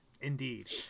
Indeed